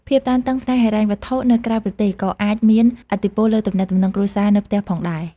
ភាពតានតឹងផ្នែកហិរញ្ញវត្ថុនៅក្រៅប្រទេស ក៏អាចមានឥទ្ធិពលលើទំនាក់ទំនងគ្រួសារនៅផ្ទះផងដែរ។